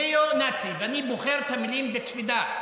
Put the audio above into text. ניאו-נאצי, ואני בוחר את המילים בקפידה,